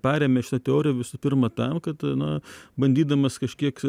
parėmė šitą teoriją visų pirma tam kad na bandydamas kažkiek